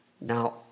Now